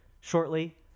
Shortly